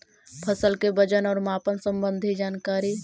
फसल के वजन और मापन संबंधी जनकारी?